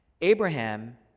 Abraham